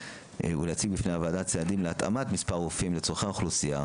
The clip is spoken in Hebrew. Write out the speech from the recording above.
ולהציג בפני הוועדה צעדים להתאמת מספר הרופאים לצורכי האוכלוסייה